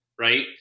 right